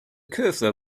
cursor